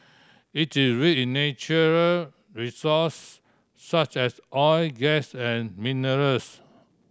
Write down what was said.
it is rich in natural resource such as oil gas and minerals